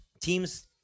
teams